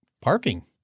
parking